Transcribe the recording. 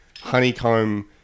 honeycomb